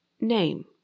Name